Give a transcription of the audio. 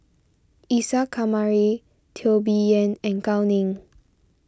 Isa Kamari Teo Bee Yen and Gao Ning